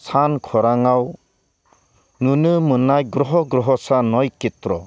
सानखौराङाव नुनो मोननाय ग्रह' ग्रह'सा नयखेथ्र'